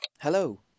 Hello